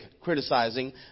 criticizing